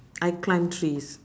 I climb trees